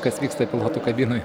kas vyksta pilotų kabinoje